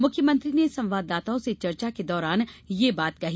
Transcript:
मुख्यमंत्री ने संवाददाताओं से चर्चा के दौरान ये बात कही